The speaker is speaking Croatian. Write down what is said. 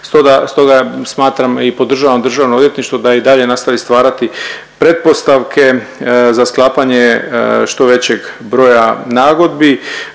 Stoga ja smatram i podržavam Državno odvjetništvo da i dalje nastavi stvarati pretpostavke za sklapanje što većeg broja nagodbi